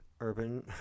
Urban